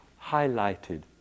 highlighted